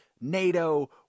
NATO